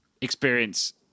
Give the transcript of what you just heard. experience